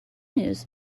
news